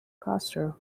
castro